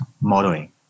modeling